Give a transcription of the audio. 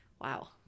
Wow